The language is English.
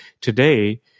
Today